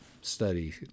study